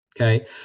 Okay